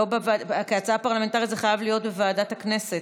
כהצעה לוועדה פרלמנטרית זה חייב להיות בוועדת הכנסת.